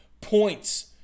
points